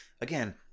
again